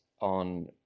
on